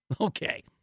Okay